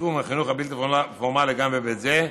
בתחום החינוך הבלתי-פורמלי גם בהיבט זה,